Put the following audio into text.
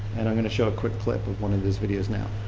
and i'm going to show a quick clip of one of those videos now.